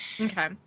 Okay